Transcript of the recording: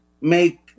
make